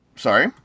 Sorry